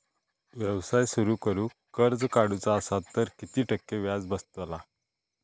व्यवसाय सुरु करूक कर्ज काढूचा असा तर किती टक्के व्याज बसतला?